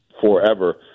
forever